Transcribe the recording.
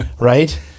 right